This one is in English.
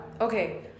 okay